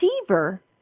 receiver